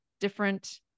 different